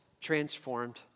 transformed